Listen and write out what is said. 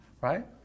right